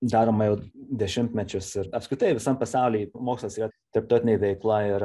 daroma jau dešimtmečius ir apskritai visam pasauly mokslas yra tarptautinė veikla ir